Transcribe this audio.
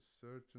certain